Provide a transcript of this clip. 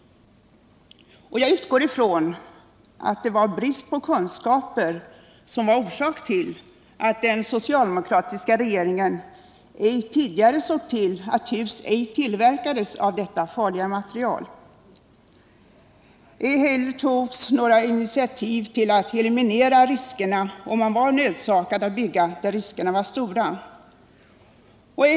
Jag utgår ifrån att det var brist på kunskaper som var orsak till att den socialdemokratiska regeringen inte tidigare såg till att hus inte tillverkades av detta farliga material. Ej heller togs några initiativ till att eliminera riskerna, om man var nödsakad att bygga där riskerna var stora.